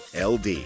LD